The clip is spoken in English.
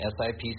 SIPC